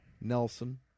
Nelson